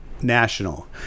national